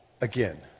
again